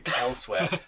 elsewhere